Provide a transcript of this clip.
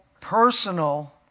personal